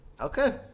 Okay